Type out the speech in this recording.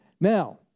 Now